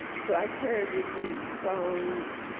so i carried with me the songs.